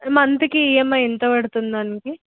మంత్కి ఈఎంఐ ఎంత పడుతుంది దానికి